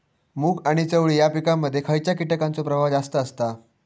मूग आणि चवळी या पिकांमध्ये खैयच्या कीटकांचो प्रभाव जास्त असता?